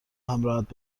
همراهت